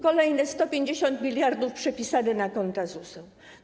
Kolejne 150 mld przepisane na konta ZUS-u.